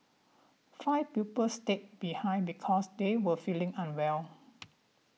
five pupils stayed behind because they were feeling unwell